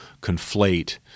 conflate